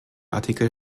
artikel